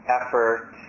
effort